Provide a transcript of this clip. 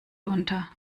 unter